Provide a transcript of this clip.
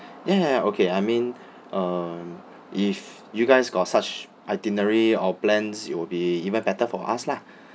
ya ya ya okay I mean uh if you guys got such itinerary or plans it will be even better for us lah